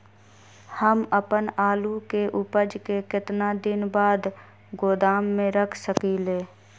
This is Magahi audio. हम अपन आलू के ऊपज के केतना दिन बाद गोदाम में रख सकींले?